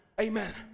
Amen